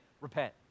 repent